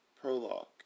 Prologue